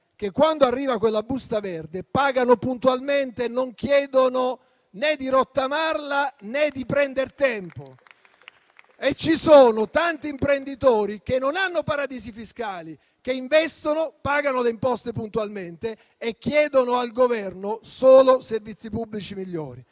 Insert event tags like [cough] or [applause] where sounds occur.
che, quando arriva quella busta verde, pagano puntualmente e non chiedono né di rottamarla, né di prendere tempo. [applause] Ci sono tanti imprenditori che non hanno paradisi fiscali, che investono, pagano le imposte puntualmente e chiedono al Governo solo servizi pubblici migliori.